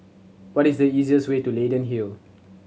what is the easiest way to Leyden Hill